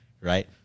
right